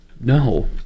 No